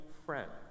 friend